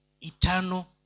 eternal